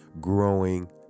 growing